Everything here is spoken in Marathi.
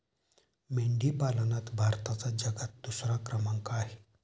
मेंढी पालनात भारताचा जगात दुसरा क्रमांक आहे